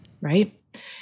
Right